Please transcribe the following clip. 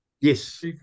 Yes